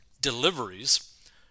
deliveries